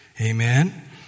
Amen